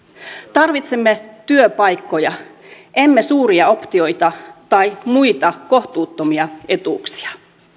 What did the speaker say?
tarvitsemme työpaikkoja emme suuria optioita tai muita kohtuuttomia etuuksia